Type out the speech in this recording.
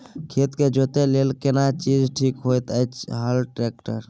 खेत के जोतय लेल केना चीज ठीक होयत अछि, हल, ट्रैक्टर?